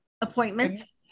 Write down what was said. appointments